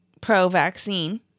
pro-vaccine